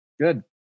Good